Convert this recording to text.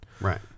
Right